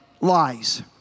lies